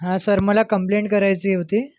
हा सर मला कम्प्लेंट करायची होती